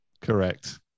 Correct